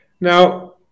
Now